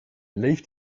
leeft